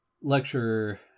lecture